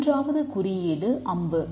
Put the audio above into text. மூன்றாவது குறியீடு அம்பு